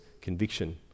conviction